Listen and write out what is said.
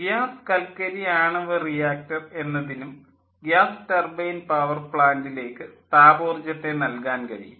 gas കൽക്കരി ആണവ reactor എന്നതിനും ഗ്യാസ് ടർബൈൻ പവർ പ്ലാൻ്റിലേക്ക് താപോർജ്ജത്തെ നൽകാൻ കഴിയും